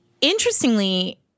Interestingly